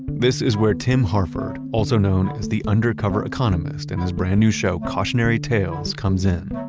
this is where tim harford also known as the undercover economist, in his brand new show, cautionary tales, comes in.